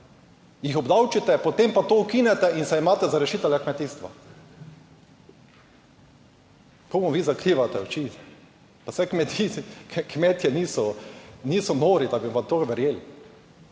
jih obdavčite, potem pa to ukinete in se imate za rešitelja kmetijstva. Komu vi zakrivate oči, pa saj kmetje niso nori, da bi vam to verjeli!